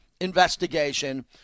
investigation